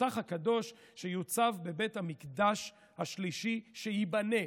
"התותח הקדוש", שיוצב בבית המקדש השלישי שייבנה.